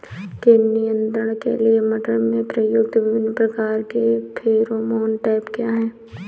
कीट नियंत्रण के लिए मटर में प्रयुक्त विभिन्न प्रकार के फेरोमोन ट्रैप क्या है?